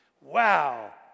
wow